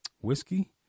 whiskey